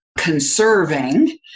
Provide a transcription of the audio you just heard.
conserving